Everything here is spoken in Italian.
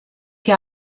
che